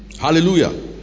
hallelujah